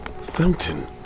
fountain